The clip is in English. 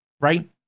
right